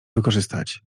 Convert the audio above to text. wykorzystać